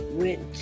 went